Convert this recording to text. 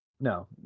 No